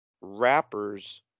rappers